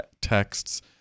texts